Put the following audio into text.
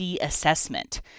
assessment